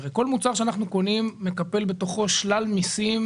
הרי כל מוצר שאנחנו קונים מקפל בתוכו שלל מיסים,